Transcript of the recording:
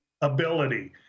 ability